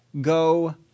go